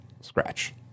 scratch